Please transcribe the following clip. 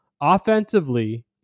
Offensively